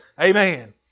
Amen